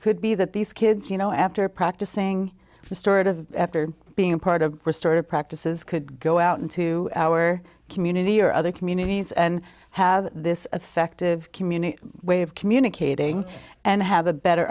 could be that these kids you know after practicing for storage of after being part of restorative practices could go out into our community or other communities and have this effective community way of communicating and have a better